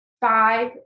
Five